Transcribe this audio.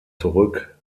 zurück